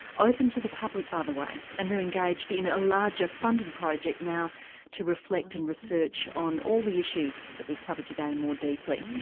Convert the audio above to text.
open to the public by the way. and they're engaged in a larger funded project now to reflect and research on all the issues that we've covered today more deeply.